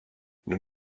nous